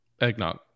eggnog